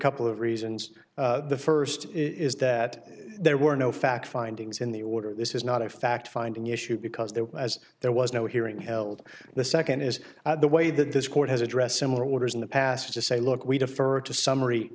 couple of reasons the first is that there were no facts findings in the order this is not a fact finding issue because there were as there was no hearing held the second is the way that this court has addressed similar orders in the past to say look we defer to summary